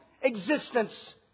existence